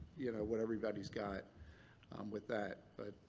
you know, what everybody's got with that, but.